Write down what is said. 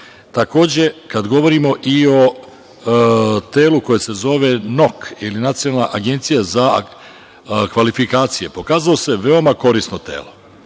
parternima. Kada govorimo i o telu koje se zove NOK, Nacionalna agencija za kvalifikacije, pokazalo se veoma korisnim telom,